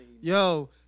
Yo